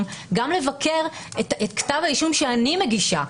גם לבקר את כתב האישום שאני מגישה.